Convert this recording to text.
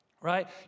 right